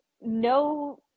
no